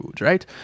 right